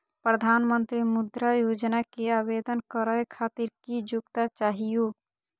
प्रधानमंत्री मुद्रा योजना के आवेदन करै खातिर की योग्यता चाहियो?